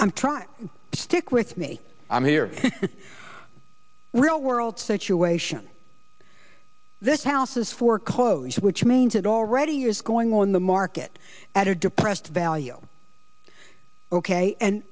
i'm trying to stick with me i'm here real world situation this house is foreclosed which means it already years going on the market at a depressed value ok and